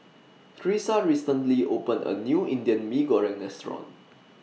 Tresa recently opened A New Indian Mee Goreng Restaurant